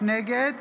נגד